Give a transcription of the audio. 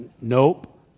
nope